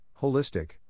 holistic